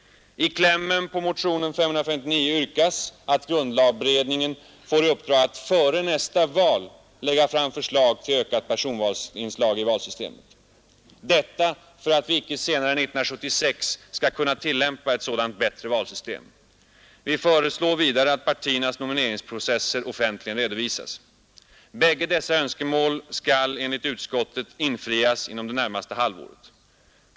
I klämmen på motionen 559 yrkas att grundlagberedningen får i uppdrag att före nästa val lägga fram förslag till ökat personvalsinslag i valsystemet. Detta för att vi icke senare än 1976 skall kunna tillämpa ett sådant bättre valsystem. Vidare föreslås att partiernas nomineringsprocesser offentligen redovisas. Bägge dessa önskemål skall enligt utskottet infrias inom det närmaste halvåret.